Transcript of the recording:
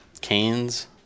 canes